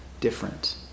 different